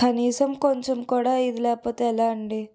కనీసం కొంచెం కూడా ఇది లేకపోతే ఎలా అండి